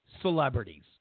celebrities